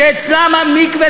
שאצלם המקווה,